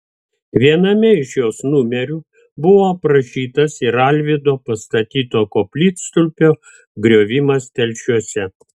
viename iš jos numerių buvo aprašytas ir alvydo pastatyto koplytstulpio griovimas telšiuose